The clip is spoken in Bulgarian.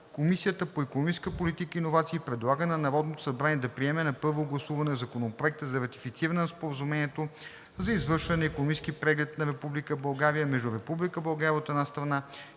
Комисията по икономическа политика и иновации предлага на Народното събрание да приеме на първо гласуване Законопроект за ратифициране на Споразумението за извършване на Икономически преглед на Република България